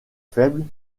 faible